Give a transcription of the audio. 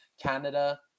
Canada